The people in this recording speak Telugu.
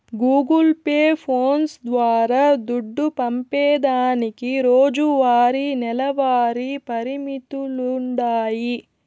గూగుల్ పే, ఫోన్స్ ద్వారా దుడ్డు పంపేదానికి రోజువారీ, నెలవారీ పరిమితులుండాయి